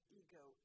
ego